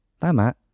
Tama